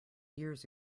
years